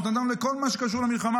נתנו לכל מה שקשור למלחמה.